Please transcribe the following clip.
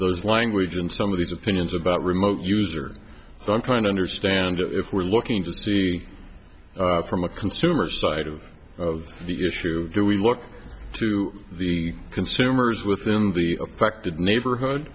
those language and some of these opinions about remote use or so i'm trying to understand if we're looking to see from a consumer side of the issue where we look to the consumers within the affected neighborhood